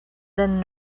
then